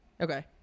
Okay